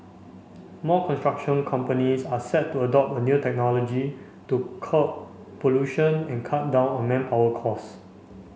more construction companies are set to adopt a new technology to curb pollution and cut down on manpower costs